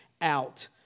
out